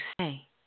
say